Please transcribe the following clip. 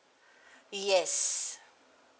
yes